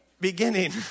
beginning